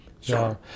Sure